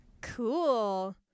Cool